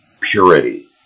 purity